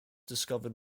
discovered